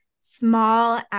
small